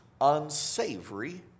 unsavory